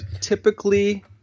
typically